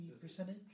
percentage